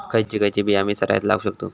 खयची खयची बिया आम्ही सरायत लावक शकतु?